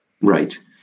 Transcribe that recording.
Right